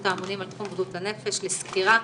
האמונים על תחום בריאות הנפש לסקירה,